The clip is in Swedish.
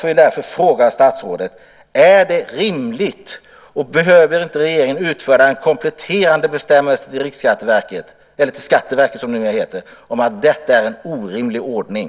Jag vill därför fråga statsrådet: Är detta rimligt, och behöver inte regeringen utfärda en kompletterande bestämmelse till Skatteverket om att detta är en orimlig ordning?